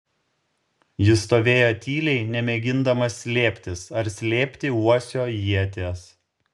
jis stovėjo tyliai nemėgindamas slėptis ar slėpti uosio ieties